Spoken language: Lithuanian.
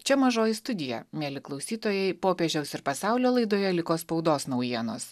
čia mažoji studija mieli klausytojai popiežiaus ir pasaulio laidoje liko spaudos naujienos